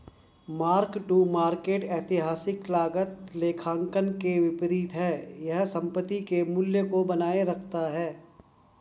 mark to market ऐतिहासिक लागत लेखांकन के विपरीत है यह संपत्ति के मूल्य को बनाए रखता है